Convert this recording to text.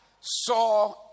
saw